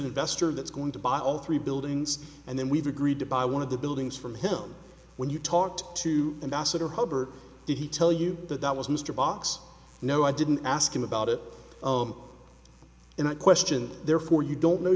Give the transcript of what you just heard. an investor that's going to buy all three buildings and then we've agreed to buy one of the buildings from him when you talked to him bassett or hubbard did he tell you that that was mr box no i didn't ask him about it and i question therefore you don't know